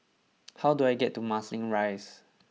how do I get to Marsiling Rise